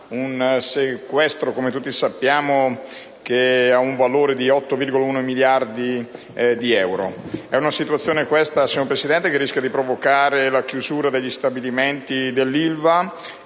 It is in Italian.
un sequestro, come tutti sappiamo, che ha un valore di 8,1 miliardi di euro. È una situazione questa, signor Presidente, che rischia di provocare la chiusura degli stabilimenti dell'Ilva,